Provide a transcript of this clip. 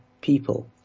people